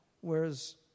Whereas